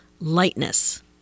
lightness